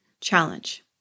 challenge